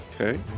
Okay